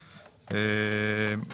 כאלה שמתאימים למכשירים שונים,